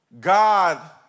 God